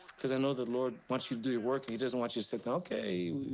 cause i know the lord wants you to do your work. he doesn't want you to sit, okay,